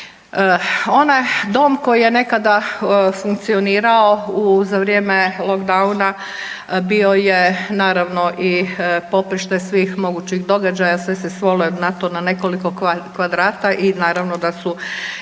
Ovaj dom koji je nekada funkcionirao za vrijeme lockdowna bio je naravno i poprište svih mogućih događaja, sve se svelo na to na nekoliko kvadrata i naravno da su i